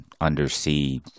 undersea